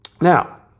Now